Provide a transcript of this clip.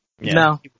No